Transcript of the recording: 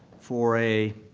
for a